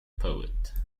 poet